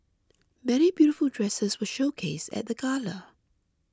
many beautiful dresses were showcased at the gala